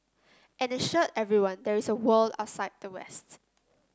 and assured everyone there is a world outside the